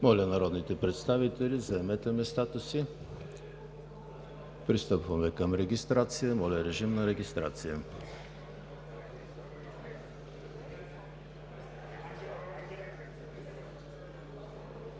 Моля, народните представители, заемете местата си – пристъпваме към регистрация. Моля, режим на регистрация.